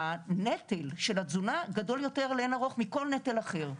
והנטל של התזונה גדול יותר לאין ארוך מכל נטל אחר.